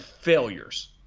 failures